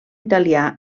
italià